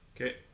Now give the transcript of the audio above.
okay